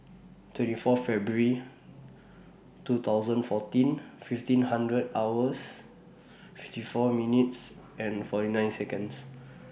twenty four February two thousand fourteen fifteen hundred hours fifty four minutes and forty nine Seconds